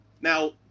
now